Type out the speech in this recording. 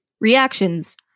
Reactions